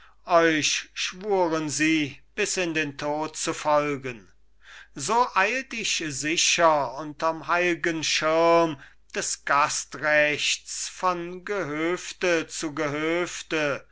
euch schwuren sie bis in den tod zu folgen so eilt ich sicher unterm heil'gen schirm des gastrechts von gehöfte zu gehöfte